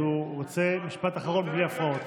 הוא רוצה משפט אחרון בלי הפרעות,